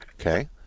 Okay